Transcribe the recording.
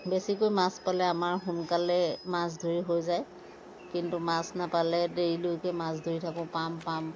বেছিকৈ মাছ পালে আমাৰ সোনকালে মাছ ধৰি হৈ যায় কিন্তু মাছ নাপালে দেৰিলৈকে মাছ ধৰি থাকোঁ পাম পাম